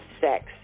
sex